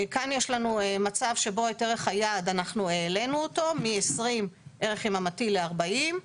כאן יש לנו מצב שבו את ערך היעד אנחנו העלינו אותו מ-20 ערך יממתי ל-40.